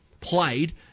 played